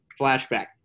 flashback